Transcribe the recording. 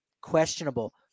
questionable